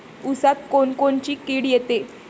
ऊसात कोनकोनची किड येते?